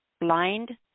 blind